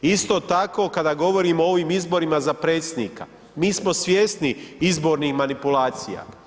Isto tako, kada govorimo o ovim izborima za Predsjednika, mi smo svjesni izbornih manipulacija.